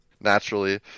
Naturally